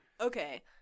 Okay